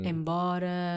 Embora